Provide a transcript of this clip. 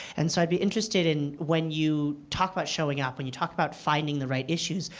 and so i'd be interested in, when you talk about showing up, when you talk about finding the right issues,